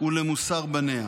ולמוסר בניה.